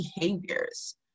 behaviors